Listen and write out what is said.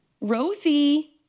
Rosie